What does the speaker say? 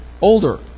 older